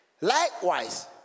likewise